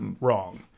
wrong